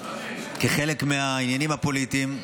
כחלק מהעניינים הפוליטיים,